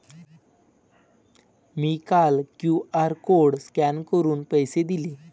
मी काल QR code scan करून पैसे दिले